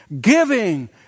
Giving